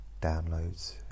downloads